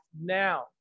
now